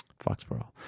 Foxborough